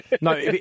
No